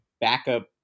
backup